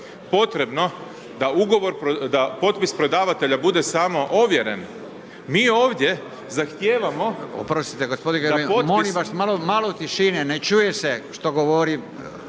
potrebno da potpis prodavatelja bude samo ovjeren, mi ovdje zahtijevamo da